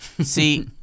See